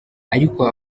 ariko